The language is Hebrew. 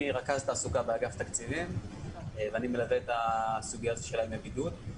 אני רכז תעסוקה באגף התקציבים ואני מלווה את הסוגיה של ימי הבידוד.